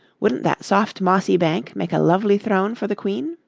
wouldn't that soft mossy bank make a lovely throne for the queen?